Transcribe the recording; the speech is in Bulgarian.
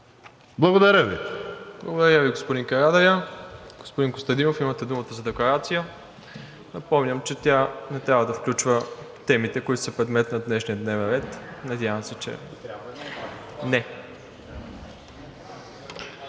ИВАНОВ: Благодаря Ви, господин Карадайъ. Господин Костадинов, имате думата за декларация. Напомням, че тя не трябва да включва темите, които са предмет на днешния дневен ред. Надявам се, че…